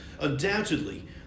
undoubtedly